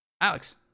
Alex